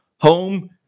home